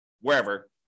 wherever